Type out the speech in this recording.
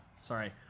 sorry